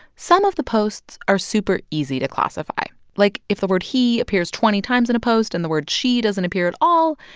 some of the posts are super easy to classify. like, if the word he appears twenty times in a post and the word she doesn't appear at all,